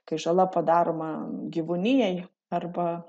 kai žala padaroma gyvūnijai arba